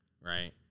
right